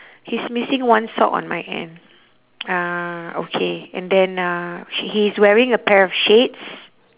he's missing one sock on my end uh okay and then uh she he's wearing a pair of shades